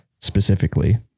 specifically